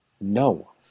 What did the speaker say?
No